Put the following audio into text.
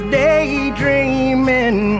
daydreaming